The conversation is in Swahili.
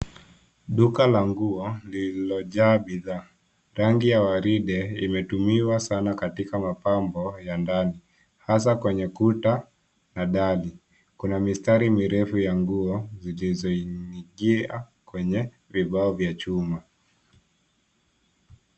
Duka la nguo lililojaa bidhaa. Rangi ya waridi imetumiwa sana katika mapambo ya ndani hasa kwenye kuta na dari. Kuna mistari mirefu ya nguo zilizoingia kwenye vikao vya chuma.